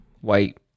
white